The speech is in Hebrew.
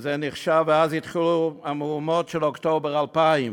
ואז התחילו המהומות של אוקטובר 2000,